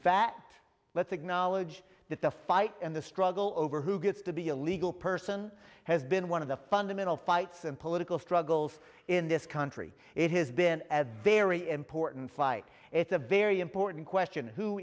fact let's acknowledge that the fight and the struggle over who gets to be a legal person has been one of the fundamental fights and political struggles in this country it has been a very important fight it's a very important question who